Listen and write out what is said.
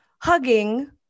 hugging